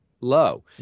low